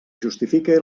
justifique